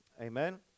Amen